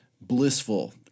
Blissful